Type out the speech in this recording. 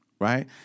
right